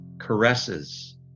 caresses